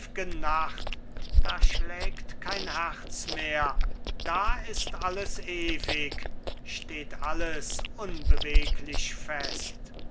nacht da schlägt kein herz mehr da ist alles ewig steht alles unbeweglich fest